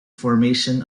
formation